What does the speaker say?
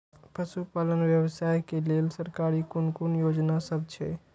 पशु पालन व्यवसाय के लेल सरकारी कुन कुन योजना सब छै?